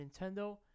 Nintendo